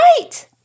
Right